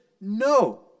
No